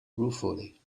ruefully